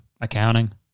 Accounting